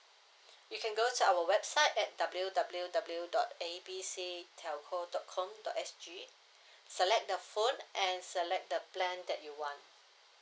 you can go to our website at W W W dot A B C telco dot com dot S G select the phone and select the plan that you want